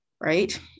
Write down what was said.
right